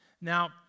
Now